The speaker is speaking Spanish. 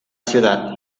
ciudad